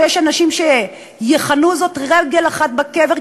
שיש אנשים שיכנו זאת רגל אחת בקבר,